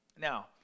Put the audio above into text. Now